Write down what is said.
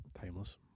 timeless